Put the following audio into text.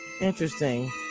Interesting